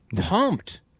pumped